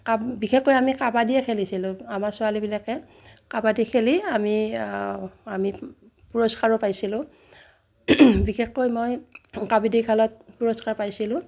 বিশেষকৈ আমি কাবাডীয়ে খেলিছিলোঁ আমাৰ ছোৱালীবিলাকে কাবাডী খেলি আমি আমি পুৰস্কাৰো পাইছিলোঁ বিশেষকৈ মই কাবাডী খেলত পুৰস্কাৰ পাইছিলোঁ